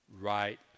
right